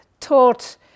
taught